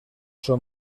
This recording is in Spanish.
son